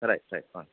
right right வாங்க